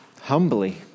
humbly